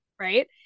right